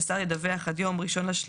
שהשר ידווח עד יום 1.3.2025,